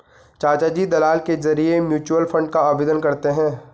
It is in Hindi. चाचाजी दलाल के जरिए म्यूचुअल फंड का आवेदन करते हैं